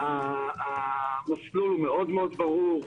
המסלול מאוד ברור,